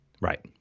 Right